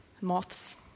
moths